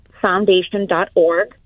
foundation.org